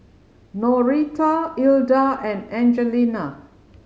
Norita Ilda and Angelina